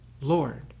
Lord